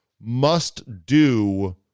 must-do